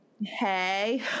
Hey